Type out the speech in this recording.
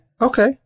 okay